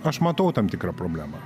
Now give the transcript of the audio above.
aš matau tam tikrą problemą